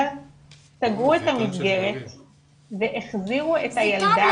סגרו את המסגרת והחזירו את הילדה הזאת לבית